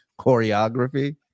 choreography